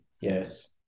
Yes